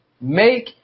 Make